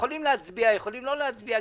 יכולים להצביע, יכולים לא להצביע.